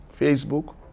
Facebook